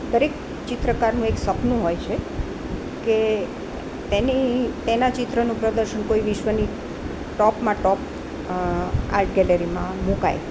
દરેક ચિત્રકારનું એક સપનું હોય છે કે તેની તેના ચિત્રનું પ્રદર્શન કોઈ વિશ્વની ટોપમાં ટોપ આર્ટ ગેલેરીમાં મૂકાય